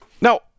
Now